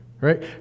right